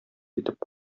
итеп